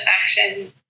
action